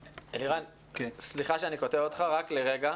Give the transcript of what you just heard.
אלירן, סליחה שאני קוטע אותך, רק לרגע,